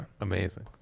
amazing